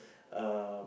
uh